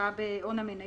השקעה בהון המניות.